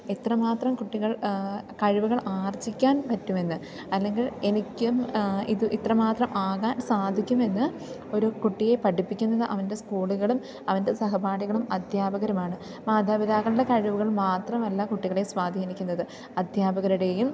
ഇത്ര മാത്രം കുട്ടികൾ കഴിവുകൾ ആർജ്ജിക്കാൻ പറ്റുമെന്ന് അല്ലെങ്കിൽ എനിക്കും ഇത് ഇത്ര മാത്രം ആകാൻ സാധിക്കുമെന്ന് ഒരു കുട്ടിയെ പഠിപ്പിക്കുന്നത് അവൻ്റെ സ്കൂളുകളും അവൻ്റെ സഹപാഠികളും അദ്ധ്യാപകരുമാണ് മാതാപിതാക്കളുടെ കഴിവുകൾ മാത്രമല്ല കുട്ടികളെ സ്വാധീനിക്കുന്നത് അദ്ധ്യാപകരുടെയും